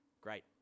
Great